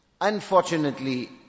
unfortunately